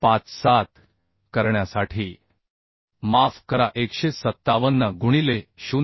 57 करण्यासाठी माफ करा 157 गुणिले 0